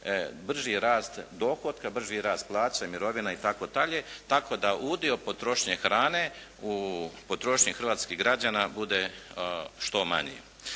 brži rast dohotka, brži rast plaća i mirovina itd.. Tako da udio potrošnje hrane u potrošnji hrvatskih građana bude što manji.